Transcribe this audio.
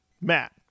Matt